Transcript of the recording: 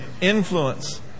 influence